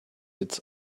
its